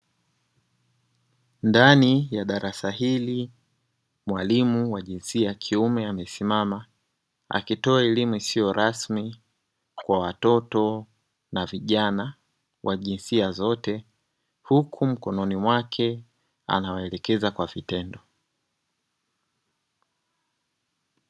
Ndani ya darasa hili mwalimu wa jinsia ya kiume amesimama, akitoa elimu isiyo rasmi kwa watoto na vijana wa jinsia zote, huku mkononi mwake anawaelekeza kwa vitendo.